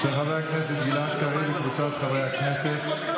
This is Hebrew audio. של חבר הכנסת גלעד קריב וקבוצת חברי הכנסת.